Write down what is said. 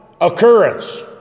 occurrence